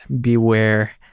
beware